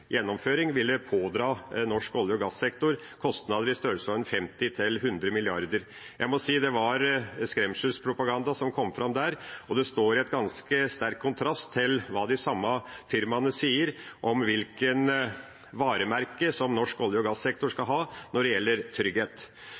var skremselspropaganda som kom fram der, og det står i en ganske sterk kontrast til hva de samme firmaene sier om hvilket varemerke norsk olje- og gassektor skal ha når det gjelder trygghet.